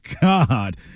God